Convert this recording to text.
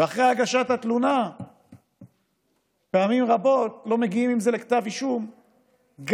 ואחרי הגשת התלונה פעמים רבות לא מגיעים עם זה לכתב אישום גם